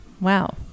Wow